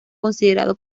considerado